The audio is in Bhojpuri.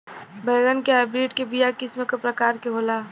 बैगन के हाइब्रिड के बीया किस्म क प्रकार के होला?